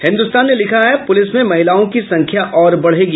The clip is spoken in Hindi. हिन्दुस्तान ने लिखा है पुलिस में महिलाओं की संख्या और बढ़ेगी